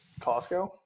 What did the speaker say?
Costco